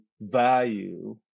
value